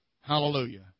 Hallelujah